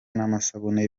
n’amasabune